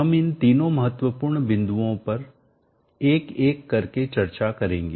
हम इन तीनों महत्वपूर्ण बिंदुओं पर एक एक करके चर्चा करेंगे